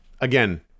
again